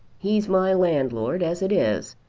he's my landlord as it is,